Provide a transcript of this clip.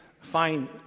find